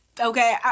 Okay